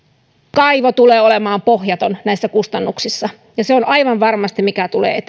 kaivo tulee olemaan pohjaton näissä kustannuksissa ja se on aivan varmasti se mikä tulee